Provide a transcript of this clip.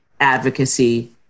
advocacy